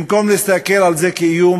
במקום להסתכל על זה כעל איום,